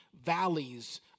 valleys